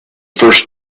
first